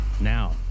Now